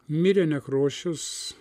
mirė nekrošius